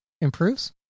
improves